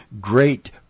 great